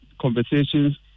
conversations